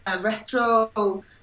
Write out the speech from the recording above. retro